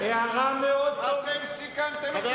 אתם סיכנתם את מדינת ישראל,